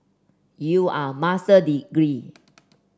you are Master degree